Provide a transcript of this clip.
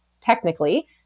technically